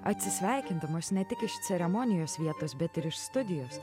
atsisveikindamos ne tik iš ceremonijos vietos bet ir iš studijos